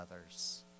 others